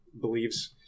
believes